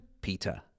Peter